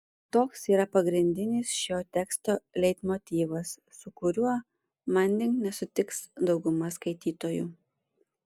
toks yra pagrindinis šio teksto leitmotyvas su kuriuo manding nesutiks dauguma skaitytojų